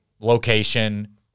location